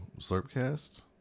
Slurpcast